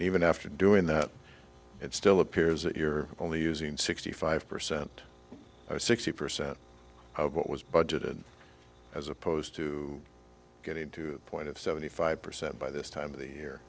after doing that it still appears that you're only using sixty five percent or sixty percent of what was budgeted as opposed to getting to the point of seventy five percent by this time of the year